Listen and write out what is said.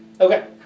Okay